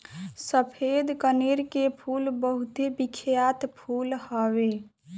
सफ़ेद कनेर के फूल बहुते बिख्यात फूल हवे